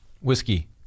Whiskey